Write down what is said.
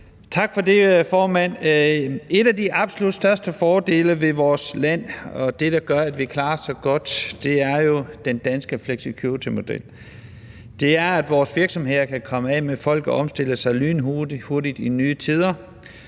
Tak for det, formand. En af de absolut største fordele ved vores land og det, der gør, at vi klarer os så godt, er jo den danske flexicuritymodel. Vores virksomheder kan komme af med folk og omstille sig lynhurtigt til nye tider,